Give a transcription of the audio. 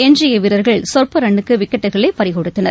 எஞ்சிய வீரர்கள் சொற்ப ரன்னுக்கு விக்கெட்டுக்களை பறிகொடுத்தனர்